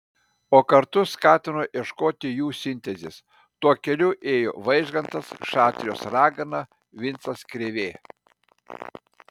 o kartu skatino ieškoti jų sintezės tuo keliu ėjo vaižgantas šatrijos ragana vincas krėvė